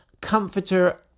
comforter